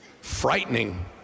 frightening